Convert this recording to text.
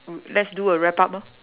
mm let's do a wrap up lor